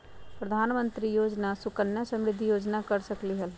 प्रधानमंत्री योजना सुकन्या समृद्धि योजना कर सकलीहल?